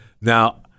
Now